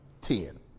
Ten